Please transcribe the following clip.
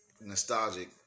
nostalgic